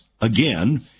Again